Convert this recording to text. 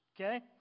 okay